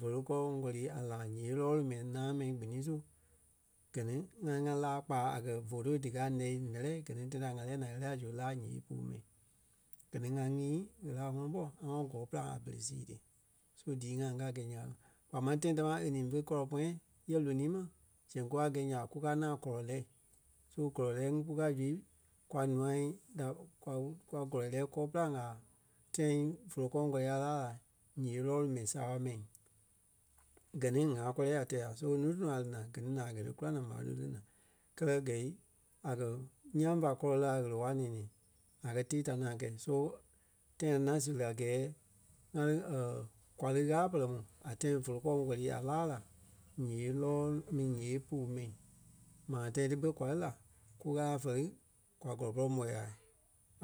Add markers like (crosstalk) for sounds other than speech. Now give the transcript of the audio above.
vóloi kɔŋ kɔlii a laa ǹyee lɔɔlu mɛi náaŋ mɛi gbini su, gɛ ni ŋa lí ŋa laa kpa a kɛ̀ voto díkaa ǹɛ ǹɛ́lɛɛ gɛ ní téla ŋa lɛ́ɛ naa e lɛ́ɛ la zu e laa a ǹyee puu mɛi. Gɛ ni ŋa nyii ɣele a ŋɔnɔ ɓɔ ŋa ŋɔnɔ gɔ́ɔ pîlaŋ a pere sii ti. So dii ŋai ŋgaa gɛ́i nyaa ka ŋí. Kpaa máŋ tãi tamaa e ni fé kɔlɔi pɔ̃yɛ yɛ lonii ma sɛŋ kukaa gɛ̂i nya ɓa kúkaa ŋaŋ kɔlɔ lɛ́. So kɔlɔi lɛɛi kúkaa zu kwa nûa da kwa ku- kwa kɔlɔi lɛɛi kɔɔ-pîlaŋ a tãi vóloi kɔŋ kɔlɔi a laa la ǹyee lɔɔlu mɛi saaɓa mɛi. Gɛ ni ŋa kɔlɛɛ a tɛɛ-ŋa so núu tɔnɔ a lí naa gɛ ni naa a kɛ̀ ti í kula naa marâa nuu e lí naa. Kɛlɛ gɛ̂i a kɛ̀ nyaŋ fá kɔlɔ lɛ́ a ɣele-waa nɛ̃ɛ-nɛɛ a kɛ̀ tii ta ni ŋai kɛi so tãi a ŋaŋ séri a gɛɛ ŋa lí (hesitation) kwa lí Ɣâla pere mu a tãi vóloi kɔŋ kɔli a laa la ǹyee lɔɔlu a mi ǹyee puu mɛi. Maa tãi ti ɓé kwa lí la kú Ɣâla fɛli kwa kɔlɔ pɔrɔŋ ɓɔi ŋai.